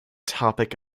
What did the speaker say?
topic